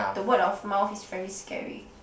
the word of mouth is very scary